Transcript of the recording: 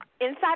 inside